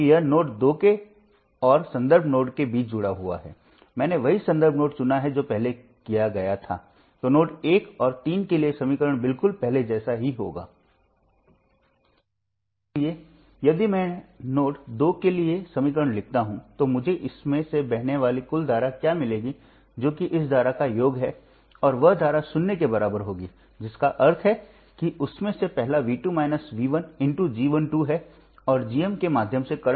तो किसी भी वोल्टेज स्रोत के साथ फिर से हमें एक सुपर नोड बनाना होगा और वह समीकरण वहां दिखाई देता है और अगला वर्तमान नियंत्रित वोल्टेज स्रोत के लिए समीकरण है और हमेशा की तरह G मैट्रिक्स असममित है और भी क्योंकि यह एक नियंत्रित है स्रोत दाहिने हाथ की ओर 0 है